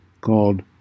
called